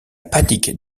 panique